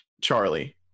charlie